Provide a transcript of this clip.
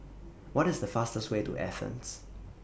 What IS The fastest Way to Athens